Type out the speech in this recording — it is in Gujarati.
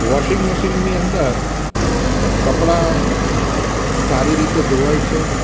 વોશિંગ મશીનની અંદર કપડા સારી રીતે ધોવાય છે